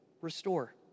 restore